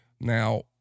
Now